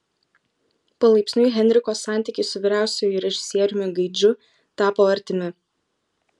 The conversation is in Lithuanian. palaipsniui henriko santykiai su vyriausiuoju režisieriumi gaidžiu tapo artimi